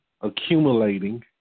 accumulating